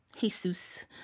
Jesus